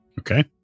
Okay